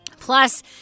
Plus